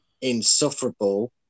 insufferable